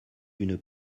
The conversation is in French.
d’une